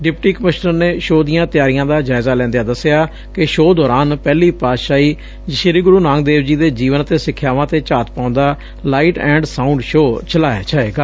deputy commissioner ਨੇ show ਦੀਆ ਤਿਆਰੀਆ ਦਾ ਜਾਇਜ਼ਾ ਲੈਂਦਿਆ ਦੱਸਿਆ ਕਿ ਸ਼ੋਅ ਦੌਰਾਨ ਪਹਿਲੀ ਪਾਤਸ਼ਾਹੀ ਸ਼ੀ ਗੁਰੂ ਨਾਨਕ ਦੇਵ ਜੀ ਦੇ ਜੀਵਨ ਅਤੇ ਸਿੱਖਿਆਵਾਂ ਤੇ ਝਾਤ ਪਾਉਂਦਾ ਲਾਈਟ ਐਂਡ ਸਾਉਂਡ ਸ਼ੋਅ ਚਲਾਇਆ ਜਾਵੇਗਾ